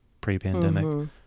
pre-pandemic